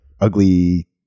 ugly